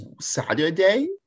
saturday